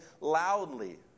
loudly